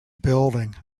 building